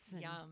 Yum